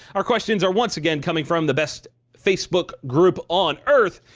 our questions are once again coming from the best facebook group on earth,